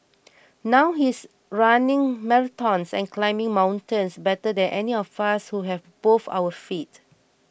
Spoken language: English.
now he's running marathons and climbing mountains better than any of us who have both our feet